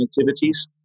activities